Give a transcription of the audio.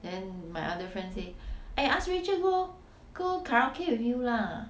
then my other friend say eh ask go go karaoke with you lah